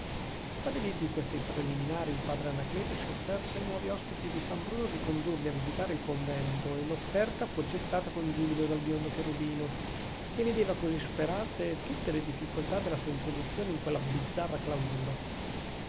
stabiliti questi preliminari il padre anacleto si offerse ai nuovi ospiti di san bruno per condurli a visitare il convento e l'offerta fu accettata con giubilo dal biondo cherubino che vedeva così superate tutte le difficoltà della sua introduzione in quella bizzarra clausura